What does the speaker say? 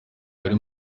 bari